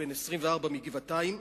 בן 24 מגבעתיים.